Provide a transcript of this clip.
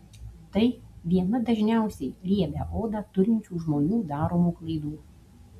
tai viena dažniausiai riebią odą turinčių žmonių daromų klaidų